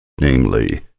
Namely